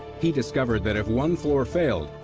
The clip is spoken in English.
he discovered that if one floor failed,